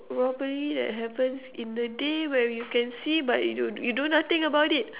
robbery that happens in the day where you can see but you do you do nothing about it